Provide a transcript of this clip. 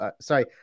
Sorry